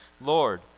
Lord